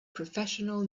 professional